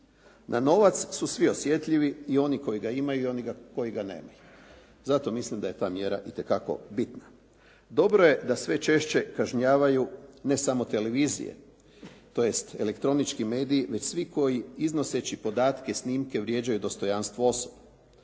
Na novac su svi osjetljiviji i oni koji ga imaju i oni koji ga nemaju. Zato mislim da je ta mjera itekako bitna. Dobro je da sve češće kažnjavaju ne samo televizije, tj. elektronički mediji već svi iznoseći podatke, snimke vrijeđaju dostojanstvo osobe.